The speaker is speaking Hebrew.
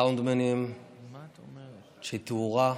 סאונדמנים, אנשי תאורה.